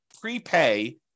prepay